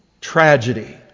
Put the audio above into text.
tragedy